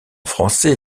français